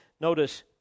notice